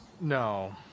No